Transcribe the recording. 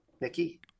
Nikki